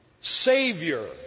Savior